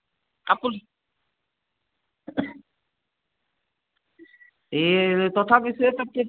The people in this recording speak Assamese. কাপোৰ এই তথাপি চুৱেটাৰ